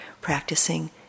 practicing